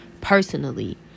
Personally